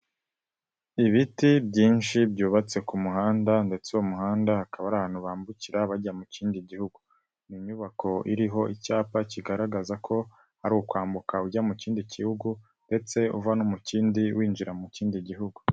Ibiti byinshi byubatse ku muhanda ndetse uwo muhanda hakaba ari abantu bambukira bajya mu kindi gihugu. Ni inyubako iriho icyapa kigaragaza ko ari ukwambuka ujya mu kindi gihugu ndetse uva no mu kindi, winjira mu kindi gihugu.